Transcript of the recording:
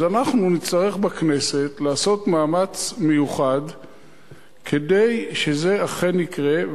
אז אנחנו נצטרך בכנסת לעשות מאמץ מיוחד כדי שזה אכן יקרה,